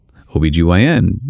OBGYN